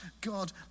God